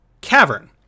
cavern